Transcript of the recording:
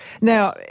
Now